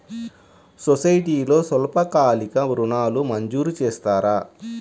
సొసైటీలో స్వల్పకాలిక ఋణాలు మంజూరు చేస్తారా?